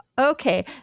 Okay